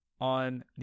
on